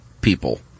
people